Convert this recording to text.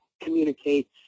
communicates